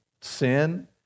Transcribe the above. sin